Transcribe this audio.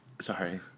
Sorry